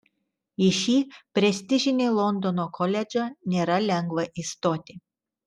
į šį prestižinį londono koledžą nėra lengva įstoti